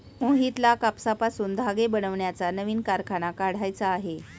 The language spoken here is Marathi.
मोहितला कापसापासून धागे बनवण्याचा नवीन कारखाना काढायचा आहे